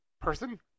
person